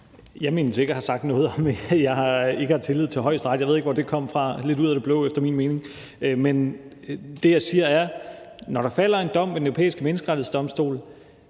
Jeg mindes ikke, at jeg har sagt noget om, at jeg ikke har tillid til Højesteret. Jeg ved ikke, hvor det kom fra – det kom lidt ud af det blå efter min mening. Men det, jeg siger, er, at når der falder en dom ved Den Europæiske Menneskerettighedsdomstol